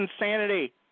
insanity